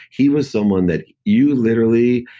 he was someone that you literally.